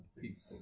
people